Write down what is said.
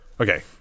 Okay